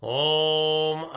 om